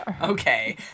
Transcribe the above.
Okay